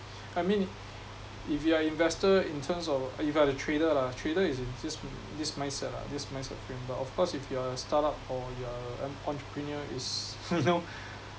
I mean if you are investor in terms of if you're the trader lah trader is in this this mindset lah this mindset frame but of course if you are a startup or you're a en~ entrepreneur it's you know